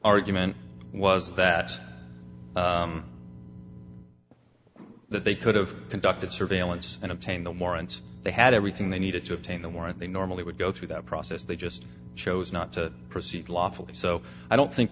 argument was that that they could have conducted surveillance and obtained the warrants they had everything they needed to obtain the warrant they normally would go through that process they just chose not to proceed lawfully so i don't think